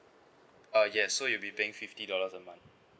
uh yes so you'll be paying fifty dollars a month